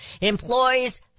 employs